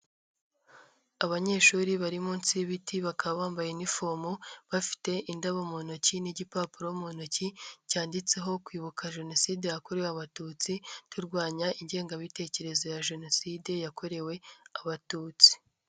Abanyeshuri bari munsi y'ibiti bakaba bambaye inifomu, bafite indabo mu ntoki n'igipapuro mu ntoki cyanditseho "kwibuka jenoside yakorewe abatutsi, turwanya ingengabitekerezo ya jenoside yakorewe abatutsi."